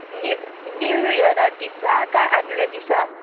नीव new इयरा दिसा काय आदले दिसा